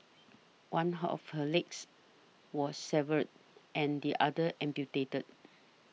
one of her legs was several and the other amputated